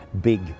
big